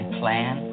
plan